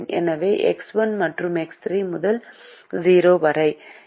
எனவே எக்ஸ் 1 மற்றும் எக்ஸ் 3 முதல் 0 வரை